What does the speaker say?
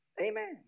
Amen